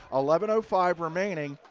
eleven ah five remaining